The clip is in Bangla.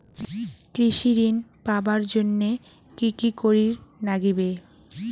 কৃষি ঋণ পাবার জন্যে কি কি করির নাগিবে?